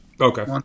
Okay